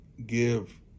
give